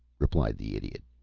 replied the idiot.